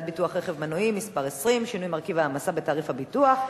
ביטוח רכב מנועי (מס' 20) (שינוי מרכיב ההעמסה בתעריף הביטוח),